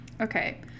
Okay